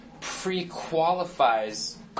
pre-qualifies